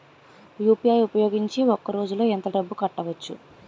UPI ఉపయోగించి ఒక రోజులో ఎంత డబ్బులు కట్టవచ్చు?